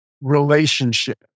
relationship